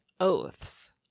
Oaths